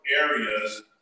areas